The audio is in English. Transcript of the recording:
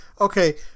Okay